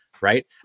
right